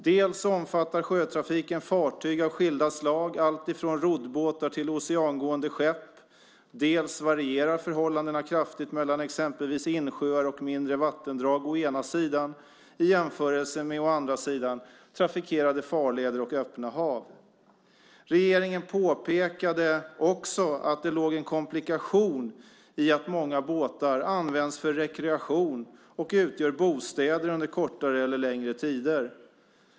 Dels omfattar sjötrafiken fartyg av skilda slag - allt från roddbåtar till oceangående skepp - dels varierar förhållandena kraftigt mellan exempelvis insjöar och mindre vattendrag å ena sidan och trafikerade farleder och öppna hav å andra sidan. Regeringen påpekade också att det låg en komplikation i att många båtar används för rekreation och utgör bostäder under kortare eller längre tider.